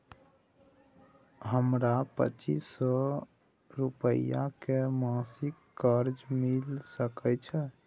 हमरा पच्चीस सौ रुपिया के मासिक कर्जा मिल सकै छै?